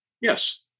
Yes